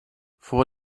for